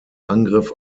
angriff